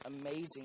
amazing